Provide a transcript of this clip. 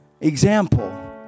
example